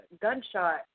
gunshot